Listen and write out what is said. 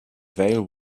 veil